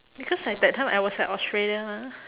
because at that time I was at australia lah